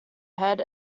head